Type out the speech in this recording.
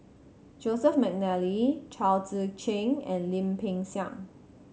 Joseph McNally Chao Tzee Cheng and Lim Peng Siang